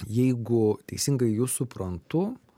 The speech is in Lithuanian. jeigu teisingai jus suprantu